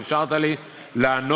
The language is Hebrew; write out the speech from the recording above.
שאפשרת לי לענות